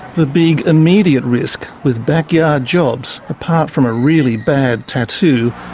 the big immediate risk with backyard jobs, apart from a really bad tattoo,